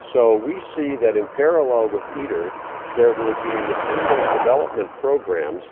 so we see that in parallel with iter there will be materials development programs